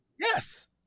Yes